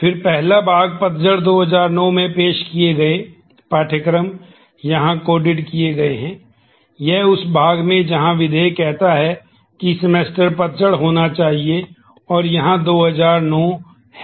फिर पहला भाग पतझड़ 2009 में पेश किए गए पाठ्यक्रम यहां कोडेड किए गए हैं उस भाग में जहां विधेय कहता है कि सेमेस्टर पतझड़ होना चाहिए और यहाँ 2009 है